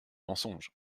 mensonges